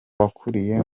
wakuriye